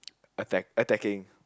attack attacking